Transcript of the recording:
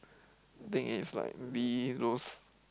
think is like maybe those